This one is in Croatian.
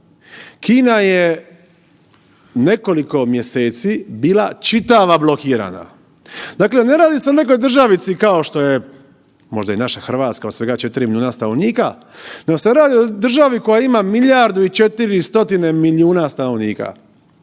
Kina je nekoliko mjeseci bila čitava blokirana. Dakle ne radi se o nekoj državici kao što je možda i naša Hrvatska od svega 4 milijuna stanovnika nego se radi o državi koja ima milijardu i 400 milijuna stanovnika.